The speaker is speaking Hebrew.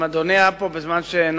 אם אדוני היה פה בזמן שנאמתי,